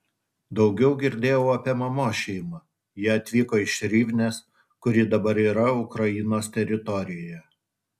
daugiau girdėjau apie mamos šeimą jie atvyko iš rivnės kuri dabar yra ukrainos teritorijoje